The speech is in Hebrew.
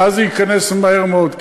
ואז זה ייכנס מהר מאוד,